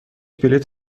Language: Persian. بلیت